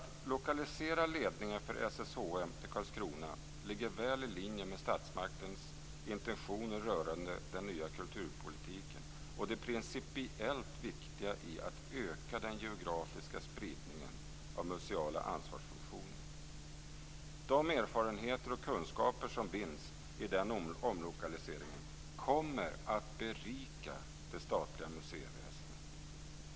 Att lokalisera ledningen för SSHM till Karlskrona ligger väl i linje med statsmaktens intentioner rörande den nya kulturpolitiken och det principiellt viktiga i att öka den geografiska spridningen av museala ansvarsfunktioner. De erfarenheter och kunskaper som vinns i denna omlokalisering kommer att berika det statliga museiväsendet.